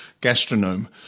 gastronome